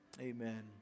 Amen